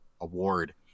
award